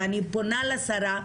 ואני פונה לשרה,